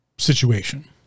situation